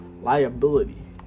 liability